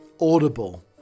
Audible